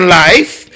life